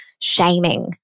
shaming